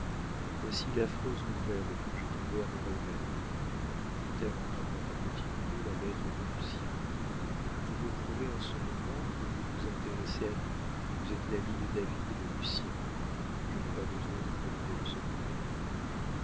voici l'affreuse nouvelle que j'ai trouvée à mon réveil répondit-elle en tendant à petit claud la lettre de lucien vous me prouvez en ce moment que vous vous intéressez à nous vous êtes l'ami de david et de lucien je n'ai pas besoin de vous demander le secret